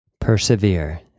Persevere